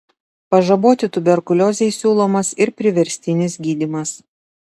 pažaboti tuberkuliozei siūlomas ir priverstinis gydymas